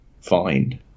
find